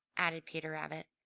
added peter rabbit.